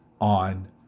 on